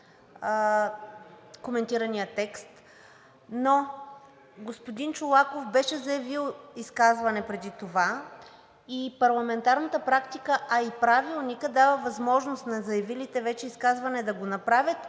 но господин Чолаков беше заявил изказване преди това и парламентарната практика, а и Правилникът дава възможност на заявилите вече изказване да го направят